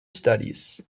studies